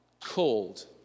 called